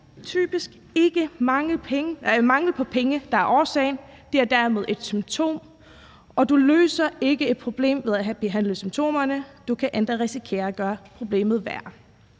typisk ikke mangel på penge, der er årsagen, det er derimod et symptom, og du løser ikke et problem ved at behandle symptomerne, man kan endda risikere at gøre problemet værre.